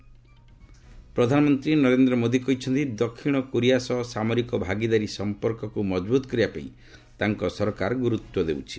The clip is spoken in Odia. ପ୍ରଧାନମନ୍ତ୍ରୀ ନରେନ୍ଦ୍ର ମୋଦି କହିଛନ୍ତି ଦକ୍ଷିଣକୋରିଆ ସହ ସାମରିକ ଭାଗିଦାରୀ ସମ୍ପର୍କକୁ ମଜବୁତ୍ କରିବା ପାଇଁ ତାଙ୍କ ସରକାର ଗୁରୁତ୍ୱ ଦେଉଛି